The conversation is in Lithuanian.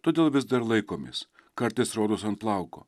todėl vis dar laikomės kartais rodos ant plauko